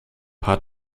paar